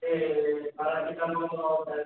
A paracetamol